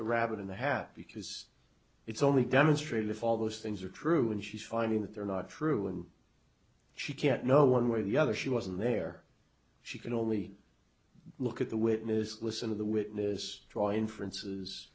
the rabbit in the hat because it's only demonstrated if all those things are true and she's finding that they're not true and she can't know one way or the other she wasn't there she can only look at the witness list of the witness draw inferences